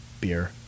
beer